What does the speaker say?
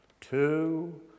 two